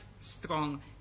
strong